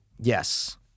Yes